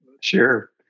Sure